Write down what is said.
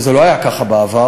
זה לא היה ככה בעבר,